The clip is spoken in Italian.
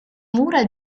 mura